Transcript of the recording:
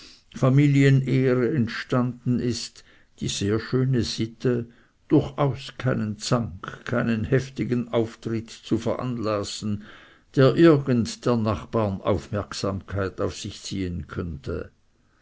familienehre entstanden ist die sehr schöne sitte durchaus keinen zank keinen heftigen auftritt zu veranlassen der irgend der nachbaren aufmerksamkeit auf sich ziehen könnte